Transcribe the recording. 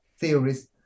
theories